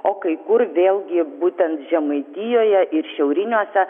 o kai kur vėlgi būtent žemaitijoje ir šiauriniuose